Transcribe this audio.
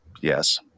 Yes